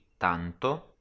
tanto